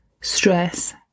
stress